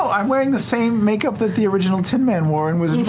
i'm wearing the same makeup that the original tin man wore in wizard of